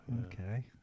Okay